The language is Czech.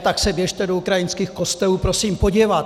Tak se běžte do ukrajinských kostelů, prosím, podívat!